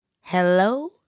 Hello